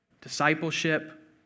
discipleship